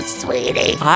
sweetie